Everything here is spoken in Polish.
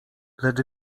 lecz